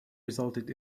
resulted